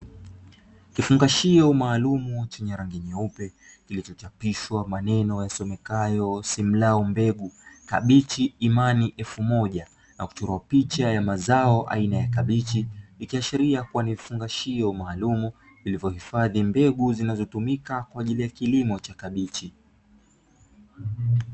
Kifungashio maalumu chenye rangi nyeupe kilichochapishwa maneno yasomekayo "simlaw mbegu kabichi imani elfu moja" na kuchorwa picha ya mazao ya kabichi, ikiashiria kuwa ni vifungashio maalumu vilivyohifadhi mbegu zinazotumika kwa ajili ya kilimo cha kabichi.